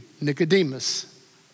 Nicodemus